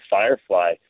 Firefly